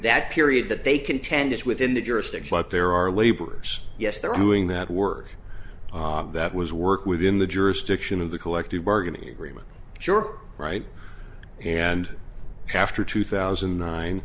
that period that they contend is within the jurisdiction but there are laborers yes there are doing that work that was work within the jurisdiction of the collective bargaining agreement sure right and after two thousand